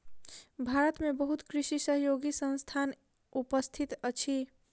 भारत में बहुत कृषि सहयोगी संस्थान उपस्थित अछि